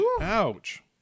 Ouch